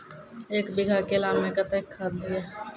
एक बीघा केला मैं कत्तेक खाद दिये?